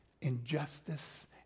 injustice